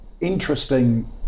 interesting